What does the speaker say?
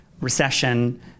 Recession